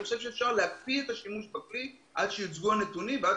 אני חושב שאפשר להקפיא את השימוש בכלי עד שיוצגו הנתונים ועד